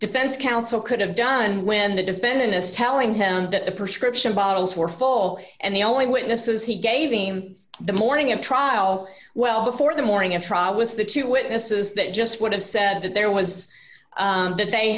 defense counsel could have done when the defendant is telling him that the prescription bottles were full and the only witnesses he gave him the morning of trial well before the morning of trial was the two witnesses that just would have said that there was that they